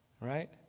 right